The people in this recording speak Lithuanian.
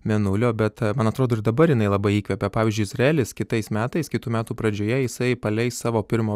mėnulio bet man atrodo ir dabar jinai labai įkvepia pavyzdžiui izraelis kitais metais kitų metų pradžioje jisai paleis savo pirmą